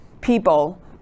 people